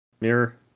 Mirror